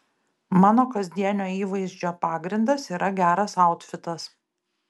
mano kasdienio įvaizdžio pagrindas yra geras autfitas